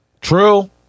True